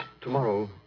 tomorrow